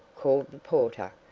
called the porter,